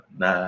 na